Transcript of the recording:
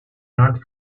not